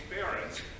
parents